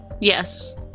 Yes